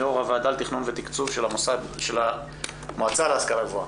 יו"ר הוועדה לתכנון ותקצוב של המועצה להשכלה גבוהה.